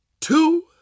two